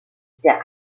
sert